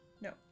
No